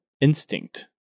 Instinct